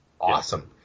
awesome